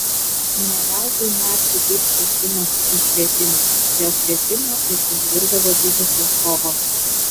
ne veltui naciai taip kėsinosi į švietimą dėl švietimo ir užvirdavo didžiausios kovos